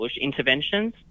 interventions